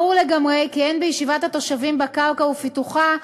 ברור לגמרי כי אין בישיבת התושבים בקרקע ובפיתוחה,